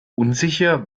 unsicher